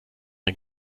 den